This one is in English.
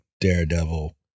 daredevil